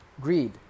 greed